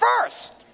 first